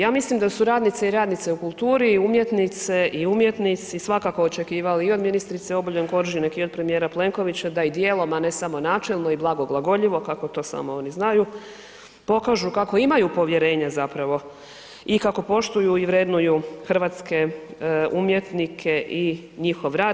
Ja mislim da su radnice i radnici u kulturi i umjetnice i umjetnici svakako očekivali i od ministrice Obuljen Koržinek i od premijera Plenkovića da i djelom, a ne samo načelno i blagoglagoljivo kako to samo oni znaju pokažu kako imaju povjerenja zapravo i kako poštuju i vrednuju hrvatske umjetnike i njihov rad.